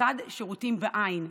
לצד שירותים בעין,